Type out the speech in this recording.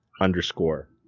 underscore